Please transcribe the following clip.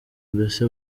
mbese